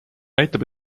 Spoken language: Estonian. näitab